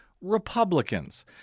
Republicans